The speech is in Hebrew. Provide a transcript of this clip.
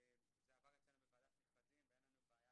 זה עבר אצלנו בוועדת מכרזים ואין לנו בעיה